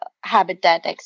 Habitat